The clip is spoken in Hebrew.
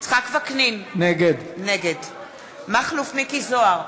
יצחק וקנין, נגד מכלוף מיקי זוהר,